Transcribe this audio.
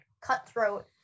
cutthroat